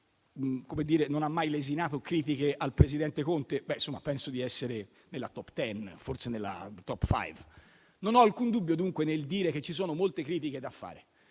non ha mai lesinato critiche al presidente Conte? Penso di essere nella *top ten*, forse nella *top five*. Non ho alcun dubbio, dunque, nel dire che ci sono molte critiche da fare,